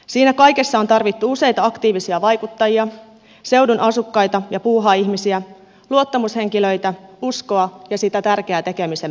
siinä kaikessa on tarvittu useita aktiivisia vaikuttajia seudun asukkaita ja puuhaihmisiä luottamushenkilöitä uskoa ja sitä tärkeää tekemisen meininkiä